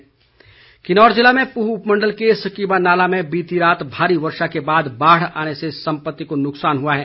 बाढ़ किन्नौर जिले में पूह उपमंडल के स्कीबा नाला में बीती रात भारी वर्षा के बाद बाढ़ आने से सम्पति को नुकसान हुआ है